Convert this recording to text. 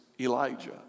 Elijah